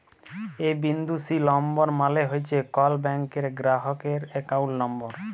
এ বিন্দু সি লম্বর মালে হছে কল ব্যাংকের গেরাহকের একাউল্ট লম্বর